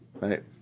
right